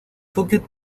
cooked